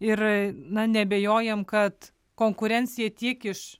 ir na neabejojam kad konkurencija tiek iš